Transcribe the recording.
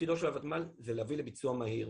תפקידו של הוותמ"ל זה להביא לביצוע מהיר,